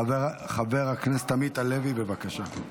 חבר הכנסת עמית הלוי, בבקשה.